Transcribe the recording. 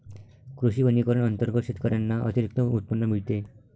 कृषी वनीकरण अंतर्गत शेतकऱ्यांना अतिरिक्त उत्पन्न मिळते